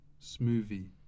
smoothie